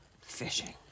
fishing